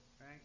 right